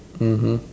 mmhmm